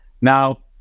Now